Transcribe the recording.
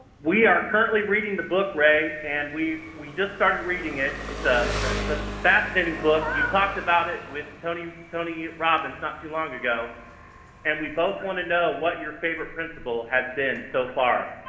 we are currently reading the book, ray and we we just started reading it. it's a ah but fascinating book. you talked about it with tony tony robbins not too long ago and we both want to know what your favorite principles has been so far?